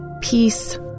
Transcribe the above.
Peace